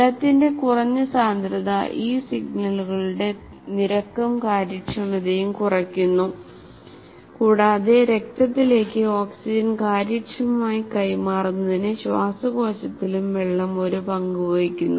ജലത്തിന്റെ കുറഞ്ഞ സാന്ദ്രത ഈ സിഗ്നലുകളുടെ നിരക്കും കാര്യക്ഷമതയും കുറയ്ക്കുന്നു കൂടാതെ രക്തത്തിലേക്ക് ഓക്സിജൻ കാര്യക്ഷമമായി കൈമാറുന്നതിന് ശ്വാസകോശത്തിലും വെള്ളം ഒരു പങ്കു വഹിക്കുന്നു